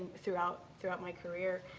throughout throughout my career.